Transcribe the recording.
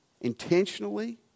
intentionally